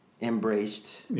embraced